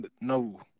no